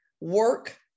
work